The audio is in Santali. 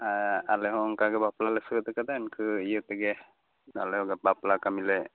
ᱮᱫ ᱟᱞᱮ ᱦᱚᱸ ᱚᱱᱠᱟ ᱜᱮ ᱵᱟᱯᱞᱟ ᱞᱮ ᱥᱟᱹᱛ ᱟᱠᱟᱫᱟ ᱤᱱᱠᱟᱹ ᱤᱭᱟᱹ ᱛᱮᱜᱮ ᱟᱞᱮ ᱦᱚᱸ ᱵᱟᱯᱞᱟ ᱠᱟᱹᱢᱤ ᱞᱮ